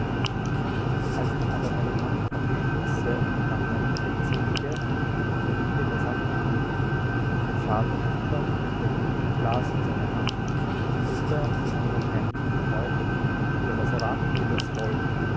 als ich aber meine handtasche schließe und nach meinem pelz winke die familie beisammensteht der vater schnuppernd über dem rumglas in seiner hand die mutter von mir wahrscheinlich enttäuscht ja was erwartet denn das volk